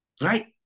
right